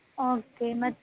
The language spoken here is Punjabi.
ਓਕੇ ਮਤ